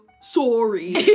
sorry